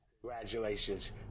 congratulations